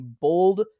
bold